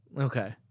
Okay